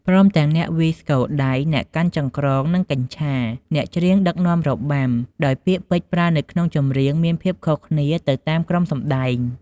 ព្រមទាំងអ្នកវាយស្គរដៃ អ្នកកាន់ចង្រ្កង់ និងកញ្ឆា អ្នកច្រៀងដឹករបាំ ដោយពាក្យពេចន៍ប្រើនៅក្នុងចម្រៀងមានភាពខុសគ្នាទៅតាមក្រុមសម្ដែង។